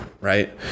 Right